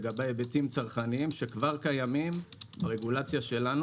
לגבי היבטים צרכניים שכבר קיימים ברגולציה שלנו.